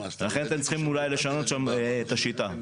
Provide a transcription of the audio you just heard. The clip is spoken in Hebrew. ולכן אתם צריכים אולי לשנות שם את השיטה.